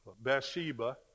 Bathsheba